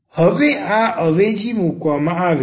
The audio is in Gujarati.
હવે આ અવેજી મૂકવામાં આવે છે